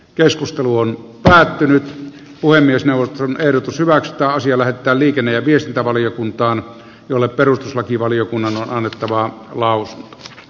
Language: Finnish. keskustelu on päättynyt puhemiesneuvoston ehdotus hyväksytään sillä että liikenne ja viestintävaliokuntaan jolle perustuslakivaliokunnan metran laulut